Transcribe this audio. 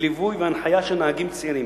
לליווי והנחיה של נהגים צעירים,